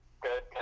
Good